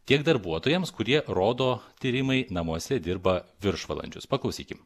tiek darbuotojams kurie rodo tyrimai namuose dirba viršvalandžius paklausykim